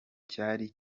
cyari